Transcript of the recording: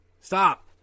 Stop